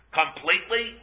completely